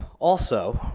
also